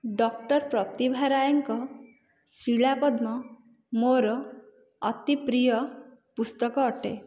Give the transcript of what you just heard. doctor Pratibha ରାୟଙ୍କ ଶିଳାପଦ୍ମ ମୋର ଅତି ପ୍ରିୟ ପୁସ୍ତକ ଅଟେ